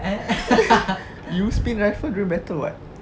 you spin rifle during battle [what]